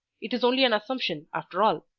it is only an assumption, after all.